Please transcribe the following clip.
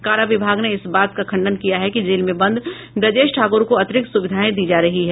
कारा विभाग ने इस बात का खंडन किया है कि जेल में बंद ब्रजेश ठाक्र को अतिरिक्त सुविधाएं दी जा रही है